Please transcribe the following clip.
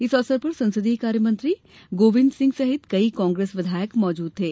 इस अवसर पर संसदीय कार्य मंत्री गोविंद सिंह सहित कई कांग्रेस विधायक मौजुद थे